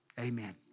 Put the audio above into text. Amen